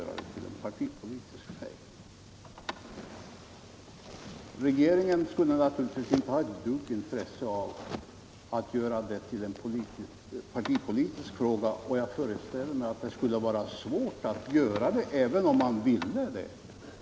Regeringen skulle naturligtvis inte ha ett dugg intresse av att göra detta till en partipolitisk stridsfråga, och jag föreställer mig att det skulle vara svårt att göra det, även om man ville det.